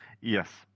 Yes